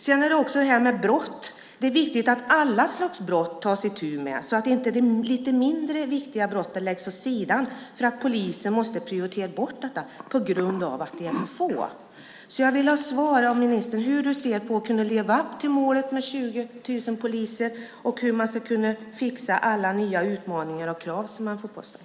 Det är viktigt att det tas itu med alla slags brott så att inte de lite "mindre viktiga" läggs åt sidan för att polisen måste prioritera bort dem på grund av att de är för få. Jag vill ha svar från ministern: Hur ser du på möjligheterna att leva upp till målet 20 000 poliser? Hur ska man klara alla nya utmaningar och krav som man får på sig?